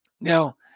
Now